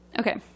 Okay